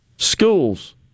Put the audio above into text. schools